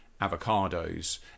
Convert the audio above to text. avocados